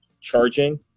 charging